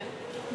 כן.